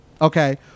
Okay